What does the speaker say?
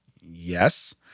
Yes